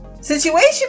situation